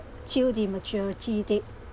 till the maturity date